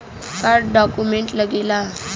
का डॉक्यूमेंट लागेला?